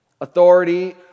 authority